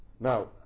Now